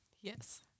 Yes